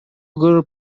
көрүп